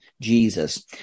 Jesus